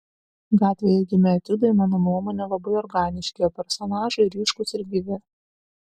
gatvėje gimę etiudai mano nuomone labai organiški o personažai ryškūs ir gyvi